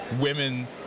women